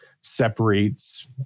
separates